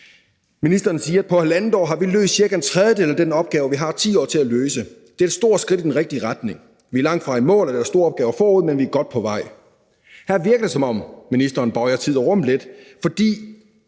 Ministeren siger: På halvandet år vi har løst cirka en tredjedel af den opgave, vi har 10 år til at løse. Det er et stort skridt i den rigtige retning. Vi er langtfra i mål, og der er store opgaver forude, men vi er godt på vej. Her virker det, som om ministeren bøjer tid og rum lidt, fordi